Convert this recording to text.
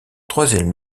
troisième